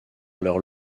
leur